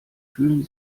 fühlen